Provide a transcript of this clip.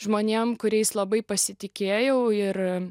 žmonėm kuriais labai pasitikėjau ir